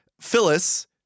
Phyllis